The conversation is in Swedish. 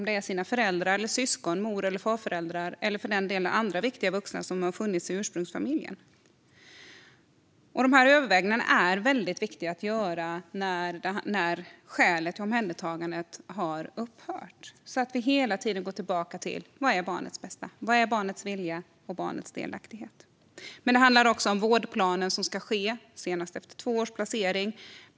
Det kan handla om föräldrar, syskon, mor och farföräldrar eller för den delen andra viktiga vuxna som har funnits i ursprungsfamiljen. Dessa överväganden är väldigt viktiga att göra när skälet till omhändertagandet har upphört. Vi måste hela tiden gå tillbaka till vad barnets bästa är och till barnets vilja, och vi måste se till barnets delaktighet. Det handlar vidare om att en vårdplan ska upprättas senast efter två års placering.